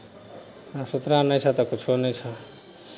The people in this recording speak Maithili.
साफ सुथरा नहि छह तऽ किछो नहि छह